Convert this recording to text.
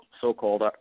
so-called